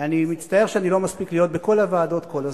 אני מצטער שאני לא מספיק להיות בכל הוועדות כל הזמן.